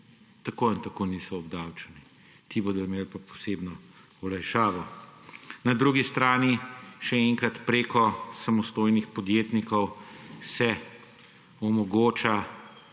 tako in tako niso obdavčeni, ti bodo imeli pa posebno olajšavo. Na drugi strani, še enkrat, preko samostojnih podjetnikov se omogoča